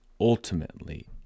ultimately